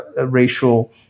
racial